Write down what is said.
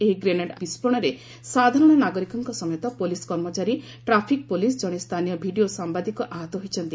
ଏହି ଗ୍ରେନେଡ୍ ବିସ୍ଫୋରଣରେ ସାଧାରଣ ନାଗରିକଙ୍କ ସମେତ ପୁଲିସ୍ କର୍ମଚାରୀ ଟ୍ରାଫିକ୍ ପୁଳିସ୍ ଜଣେ ସ୍ଥାନୀୟ ଭିଡ଼ିଓ ସାମ୍ବାଦିକ ଆହତ ହୋଇଛନ୍ତି